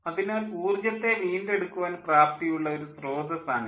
അതിനാൽ ഊർജ്ജത്തെ വീണ്ടെടുക്കുവാൻ പ്രാപ്തിയുള്ള ഒരു സ്രോതസ്സ് ആണിത്